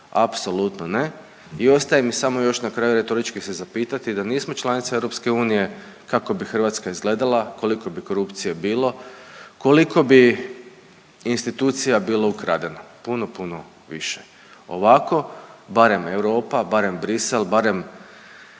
apsolutno ne i ostaje mi samo još na kraju retorički se zapitati da nismo članica Europske unije, kako bi Hrvatska izgledala, koliko bi korupcije bilo, koliko bi institucija bilo ukradeno? Puno, puno više. Ovako, barem Europa, barem Bruxelles, barem